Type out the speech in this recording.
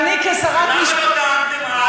למה לא טענתם אז?